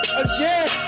again